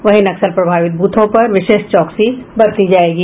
वहीं नक्सल प्रभावित बूथों पर विशेष चौकसी बरती जायेगी